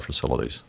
facilities